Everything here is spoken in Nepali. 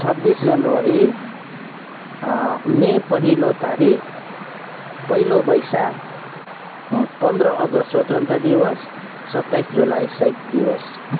छब्बिस जनवरी मई पहिलो तारिख पहिलो बैशाख पन्ध्र अगस्त स्वतन्त्र दिवस सताइस जुलाई सहिद दिवस